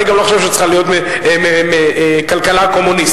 אני גם לא חושב שצריכה להיות כלכלה קומוניסטית.